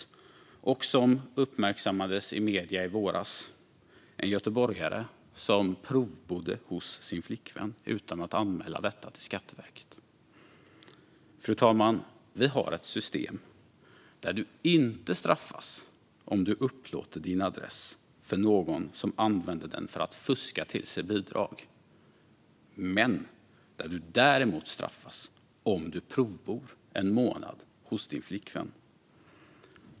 Ett fall som uppmärksammades i medier i våras handlade om en göteborgare som provbodde hos sin flickvän utan att anmäla detta till Skatteverket. Fru talman! Vi har ett system där man inte straffas om man upplåter sin adress till någon som använder den för att fuska till sig bidrag men där man däremot straffas om man provbor en månad hos sin flickvän.